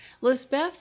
lisbeth